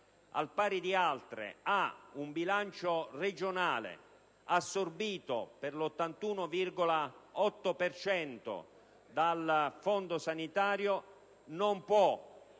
al pari di altre ha un bilancio regionale assorbito per l'81,8 per cento dal fondo sanitario non può